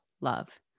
love